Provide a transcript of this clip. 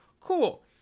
cool